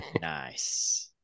Nice